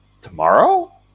tomorrow